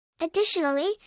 Additionally